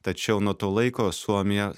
tačiau nuo to laiko suomija